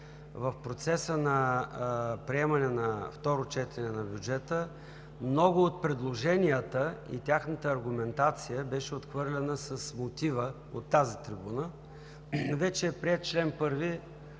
в процеса на приемане на второ четене на бюджета много от предложенията и тяхната аргументация биваха отхвърлени с мотив от тази трибуна, че вече е приет чл. 1